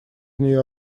нее